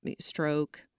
stroke